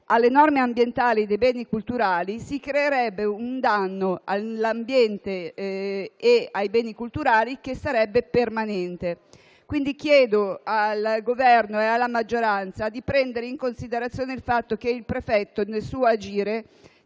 alle norme ambientali e sui beni culturali, si creerebbe un danno permanente all'ambiente e ai beni culturali. Quindi, chiedo al Governo e alla maggioranza di prendere in considerazione il fatto che il prefetto, nel suo agire,